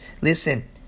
Listen